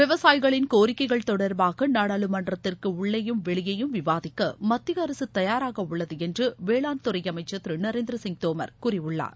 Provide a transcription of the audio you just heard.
விவசாயிகளின் கோரிக்கைகள் தொடர்பாக நாடாளுமன்றத்திற்கு உள்ளேயும் வெளியேயும் விவாதிக்க மத்திய அரசு தயாராக உள்ளது என்று வேளாண்துறை அமைச்சள் திரு நரேந்திர சிங் தோமர் கூறியுள்ளார்